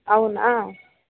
అవునా